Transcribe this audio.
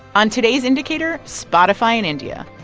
on today's indicator, spotify in india.